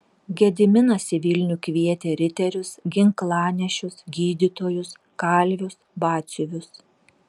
gediminas į vilnių kvietė riterius ginklanešius gydytojus kalvius batsiuvius